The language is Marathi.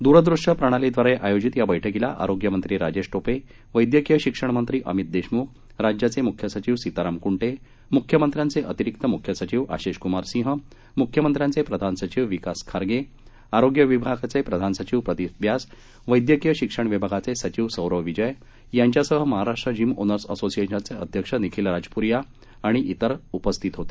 दूरदृश्य प्रणालीद्वारे आयोजित या बैठकीला आरोग्यमंत्री राजेश टोपे वैद्यकीय शिक्षण मंत्री अमित देशमुख राज्याचे मुख्य सचिव सीताराम कुंटे मुख्यमंत्र्याचे अतिरिक्त मुख्य सचिव आशिष कुमार सिंह मुख्यमंत्र्याचे प्रधान सचिव विकास खारगे आरोग्य विभागाचे प्रधान सचिव प्रदीप व्यास वैद्यकीय शिक्षण विभागाचे सचिव सौरव विजय यांच्यासह महाराष्ट्र जिम ओनर्स असोसिएशनेचे अध्यक्ष निखिल राजपुरीया आणि तिर मान्यवर उपस्थित होते